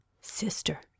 Sister